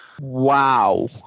Wow